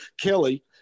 Kelly